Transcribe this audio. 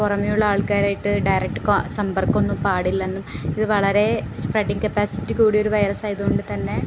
പുറമേയുള്ള ആൾക്കാരായിട്ട് ഡയറക്റ്റ് കോൺ സമ്പർക്കമൊന്നും പാടില്ലയെന്നും ഇത് വളരേ സ്പ്രെഡിങ് കപ്പാസിറ്റി കൂടിയൊരു വൈറസായതുകൊണ്ടു തന്നെ